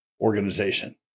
organization